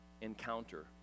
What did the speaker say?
encounter